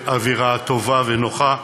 באווירה טובה ונוחה,